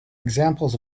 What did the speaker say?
examples